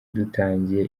dutangiye